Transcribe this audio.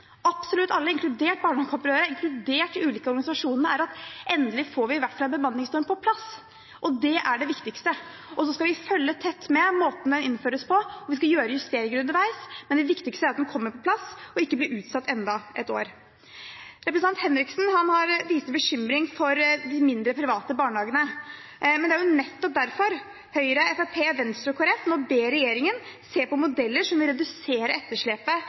absolutt alle, inkludert barnehageopprøret, inkludert de ulike organisasjonene – er at endelig får vi i hvert fall en bemanningsnorm på plass, og det er det viktigste. Så skal vi følge tett med på måten den innføres på, og vi skal gjøre justeringer underveis, men det viktigste er at den kommer på plass og ikke blir utsatt enda et år. Representanten Henriksen viser bekymring for de mindre, private barnehagene, men det er nettopp derfor Høyre, Fremskrittspartiet, Venstre og Kristelig Folkeparti nå ber regjeringen se på modeller som vil redusere etterslepet